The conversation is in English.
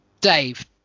Dave